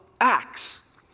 Acts